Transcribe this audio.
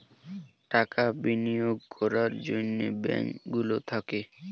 টাকা বিনিয়োগ করার জন্যে ব্যাঙ্ক গুলো থাকে